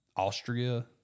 Austria